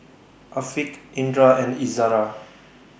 Afiq Indra and Izara